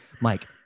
Mike